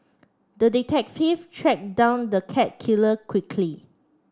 the detective track down the cat killer quickly